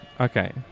Okay